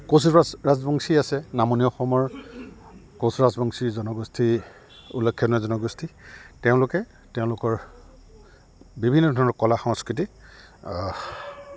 কোঁচৰাজবংশী আছে নামনি অসমৰ কোঁচৰাজবংশী জনগোষ্ঠী উল্লেখনীয় জনগোষ্ঠী তেওঁলোকে তেওঁলোকৰ বিভিন্ন ধৰণৰ কলা সংস্কৃতি